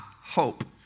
hope